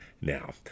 now